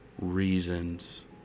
reasons